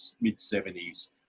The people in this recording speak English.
mid-70s